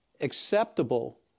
acceptable